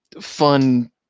fun